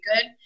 good